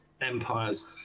empires